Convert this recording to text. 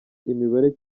imibare